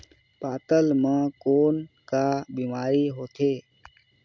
पातल म कौन का बीमारी होथे?